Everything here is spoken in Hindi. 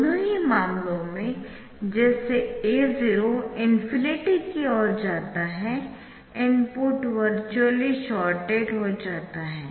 दोनों ही मामलों में जैसे A0 ∞ की ओर जाता है इनपुट वर्चुअली शॉर्टेड हो जाता है